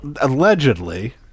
allegedly